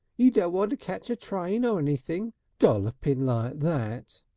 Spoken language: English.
you don't want to ketch a train or anything golping like that!